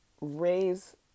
raise